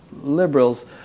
liberals